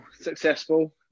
successful